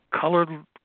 colored